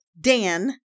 Dan